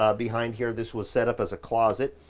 ah behind here, this was set up as a closet,